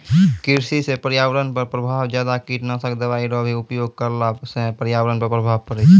कृषि से पर्यावरण पर प्रभाव ज्यादा कीटनाशक दवाई रो भी उपयोग करला से पर्यावरण पर प्रभाव पड़ै छै